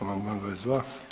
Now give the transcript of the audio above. Amandman 22.